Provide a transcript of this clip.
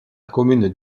commune